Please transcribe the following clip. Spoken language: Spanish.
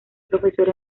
profesor